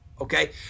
okay